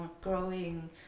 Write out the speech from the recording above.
growing